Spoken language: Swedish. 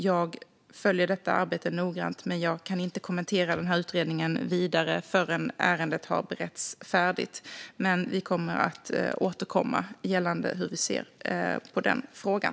Jag följer detta arbete noggrant, men jag kan inte kommentera utredningen vidare förrän ärendet har beretts färdigt. Vi kommer att återkomma gällande hur vi ser på frågan.